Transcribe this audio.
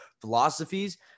philosophies